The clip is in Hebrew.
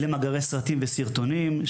אלה מאגרי סרטים וסרטונים,